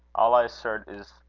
all i assert is,